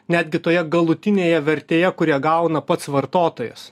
netgi toje galutinėje vertėje kurią gauna pats vartotojas